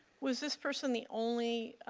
was this person the only